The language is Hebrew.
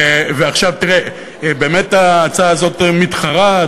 באמת ההצעה הזאת מתחרה,